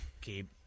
Keep